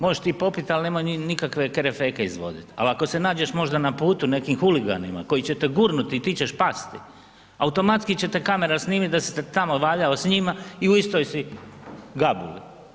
Možeš ti popit, ali nemoj nikakve kerefeke izvoditi, ali ako se nađeš možda na putu nekim huliganima koji će te gurnuti i ti ćeš pasti, automatski će te kamera snimiti da si se tamo valjao s njima i u istoj si gabuli.